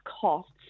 costs